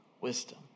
wisdom